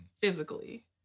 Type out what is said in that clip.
physically